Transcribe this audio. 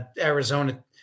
Arizona